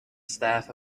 staff